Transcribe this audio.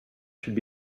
should